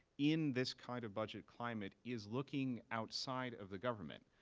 in this kind of budget climate, is looking outside of the government.